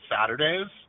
Saturdays